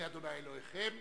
אני ה' אלוהיכם".